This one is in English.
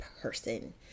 person